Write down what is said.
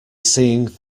seeing